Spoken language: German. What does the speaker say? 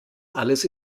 alles